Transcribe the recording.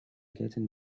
getting